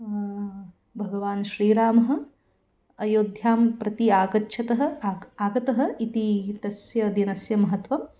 भगवान् श्रीरामः अयोध्यां प्रति आगच्छतः आगतम् आगतः इति तस्य दिनस्य महत्वम्